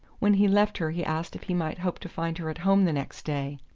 when he left her he asked if he might hope to find her at home the next day.